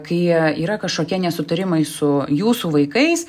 kai yra kažkokie nesutarimai su jūsų vaikais